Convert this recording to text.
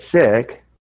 sick